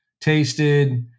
tasted